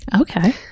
Okay